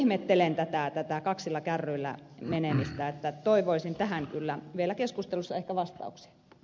ihmettelen tätä kaksilla kärryillä ajamista toivoisin tähän kyllä vielä keskustelussa vastauksia